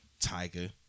Tiger